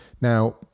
Now